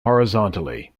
horizontally